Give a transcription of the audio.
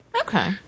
Okay